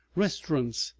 restaurants,